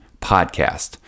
podcast